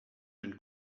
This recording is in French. d’une